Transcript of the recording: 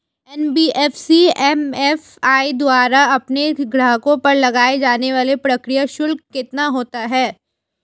NBFC MFI द्वारा अपने ग्राहकों पर लगाए जाने वाला प्रक्रिया शुल्क कितना होता है?